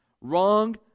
wrong